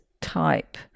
type